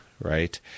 right